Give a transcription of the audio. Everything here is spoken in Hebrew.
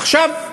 עכשיו,